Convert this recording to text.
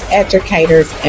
educators